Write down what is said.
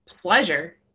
pleasure